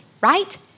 right